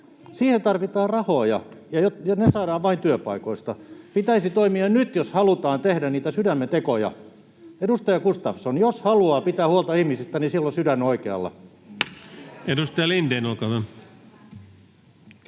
Siihen tarvitaan rahoja, ja ne saadaan vain työpaikoista. Pitäisi toimia nyt, jos halutaan tehdä niitä sydämen tekoja. Edustaja Gustafsson, jos haluaa pitää huolta ihmisistä, niin silloin sydän on oikealla. [Speech 104] Speaker: